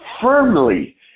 firmly